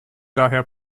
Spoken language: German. daher